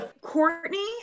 Courtney